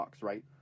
right